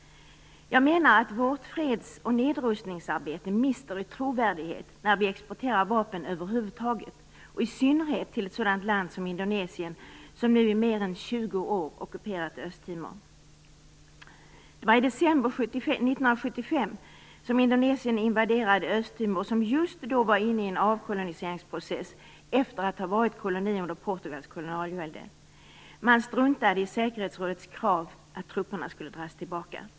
Jag menar att vårt freds och nedrustningsarbete mister i trovärdighet när vi exporterar vapen över huvud taget, i synnerhet till ett sådant land som Indonesien som nu i mer än 20 år ockuperat Östtimor, som just då var inne i en avkoloniseringsprocess efter att ha varit koloni under Portugals kolonialvälde. Man struntade i säkerhetsrådets krav på att trupperna skulle dras tillbaka.